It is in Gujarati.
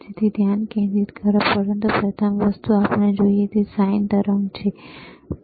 તેથી ધ્યાન કેન્દ્રિત કરો પ્રથમ વસ્તુ જે આપણે જોઈએ છીએ તે sin વેવ તરંગછે